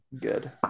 good